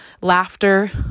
Laughter